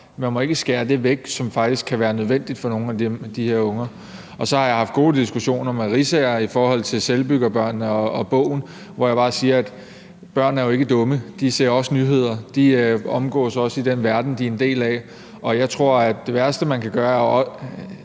Man må ikke skære det væk, som faktisk kan være nødvendigt for nogle af de her unger. Jeg har haft gode diskussioner med Merete Riisager i forhold til selvbyggerbørnene og bogen, hvor jeg bare vil sige: Børn er jo ikke er dumme. De ser også nyheder. De færdes også i den verden, de er en del af. Man skal ikke lægge al ansvaret over på